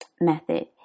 method